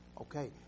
Okay